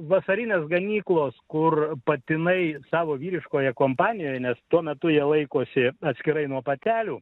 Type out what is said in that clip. vasarinės ganyklos kur patinai savo vyriškoje kompanijoj nes tuo metu jie laikosi atskirai nuo patelių